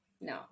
no